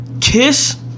Kiss